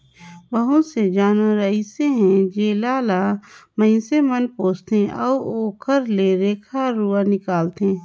बहुत से जानवर अइसे हे जेला ल माइनसे मन पोसथे अउ ओखर ले रेखा रुवा निकालथे